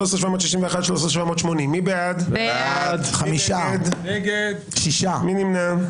13,721 עד 13,740, מי בעד, מי נגד, מי נמנע?